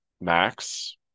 Max